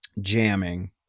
jamming